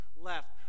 left